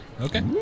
Okay